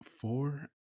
four